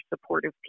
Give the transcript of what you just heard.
supportive